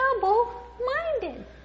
double-minded